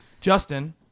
Justin